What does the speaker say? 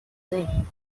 name